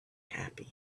happy